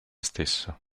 stesso